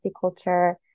culture